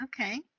Okay